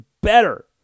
better